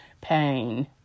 pain